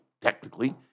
technically